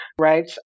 right